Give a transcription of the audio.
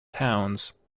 towns